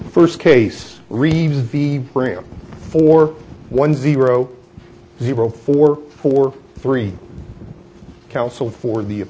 first case for one zero zero four four three counsel for the